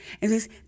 Entonces